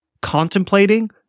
contemplating